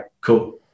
cool